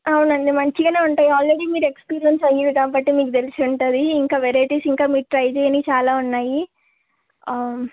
అవునండి మంచిగానే ఉంటాయి ఆల్రెడీ మీరు ఎక్స్పెరీయన్స్ అయ్యారు కాబట్టి మీకు తెలిసుంటుంది ఇంకా వెరైటీస్ ఇంకా మీరు ట్రై చేయనివి చాలా ఉన్నాయి